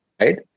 right